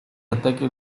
ataque